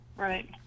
Right